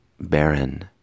barren